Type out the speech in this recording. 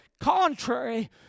contrary